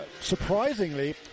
surprisingly